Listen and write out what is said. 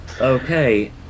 Okay